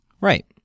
Right